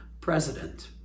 president